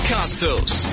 Costos